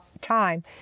time